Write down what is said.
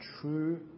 true